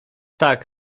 tak